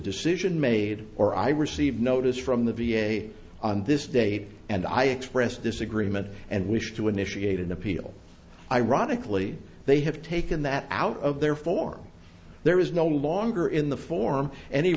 decision made or i received notice from the v a on this date and i expressed disagreement and wish to initiate an appeal ironically they have taken that out of therefore there is no longer in the form any